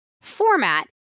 format